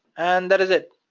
and that is it.